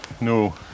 no